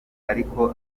ariko